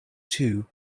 two